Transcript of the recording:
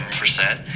percent